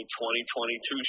2022